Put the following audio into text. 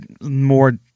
more